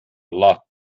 lot